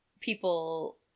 people